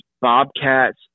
bobcats